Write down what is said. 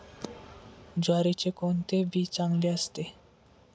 ज्वारीचे कोणते बी चांगले असते?